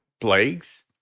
plagues